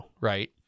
right